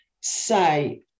say